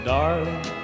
Darling